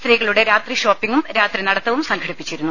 സ്ത്രീകളുടെ രാത്രി ഷോപ്പിംഗും രാത്രി നടത്തവും സംഘടിപ്പിച്ചിരുന്നു